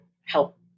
help